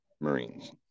Marines